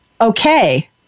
okay